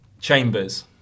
Chambers